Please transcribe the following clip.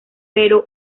pero